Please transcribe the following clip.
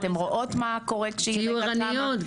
תהיו ערניות,